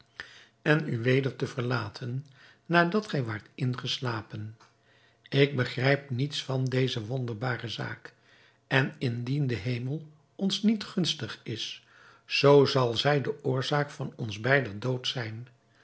en u weder te verlaten nadat gij waart ingeslapen ik begrijp niets van deze wonderbare zaak en indien de hemel ons niet gunstig is zoo zal zij de oorzaak van ons beider dood zijn